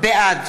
בעד